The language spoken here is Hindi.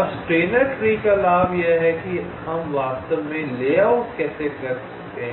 अब स्टेनर ट्री का लाभ यह है कि हम वास्तव में लेआउट कैसे करते